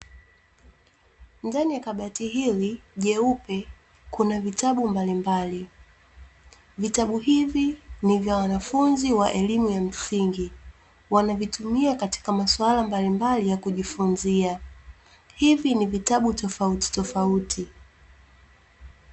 Ndani ya kabati hili jeupe kuna vitabu mbalimbali, vitabu hivi ni vya wanafunzi wa elimu ya msingi. Wanavitumia katika maswala mbalimbali ya kujifunzia, hivi ni vitabu tofauti tofauti.